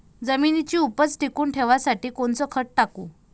जमिनीची उपज टिकून ठेवासाठी कोनचं खत टाकू?